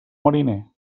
mariner